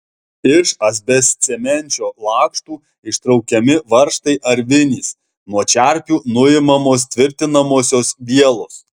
iš asbestcemenčio lakštų ištraukiami varžtai ar vinys nuo čerpių nuimamos tvirtinamosios vielos